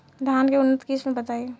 धान के उन्नत किस्म बताई?